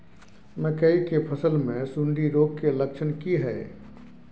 मकई के फसल मे सुंडी रोग के लक्षण की हय?